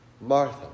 Martha